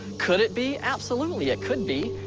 could it be? absolutely, it could be,